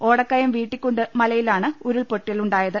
ഓടക്കയം വീട്ടിക്കുണ്ട് മലയിലാണ് ഉരുൾപ്പൊട്ട ലുണ്ടായത്